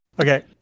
Okay